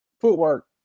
footwork